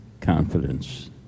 confidence